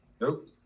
nope